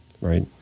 right